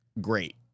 great